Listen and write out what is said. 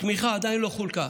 התמיכה עדיין לא חולקה.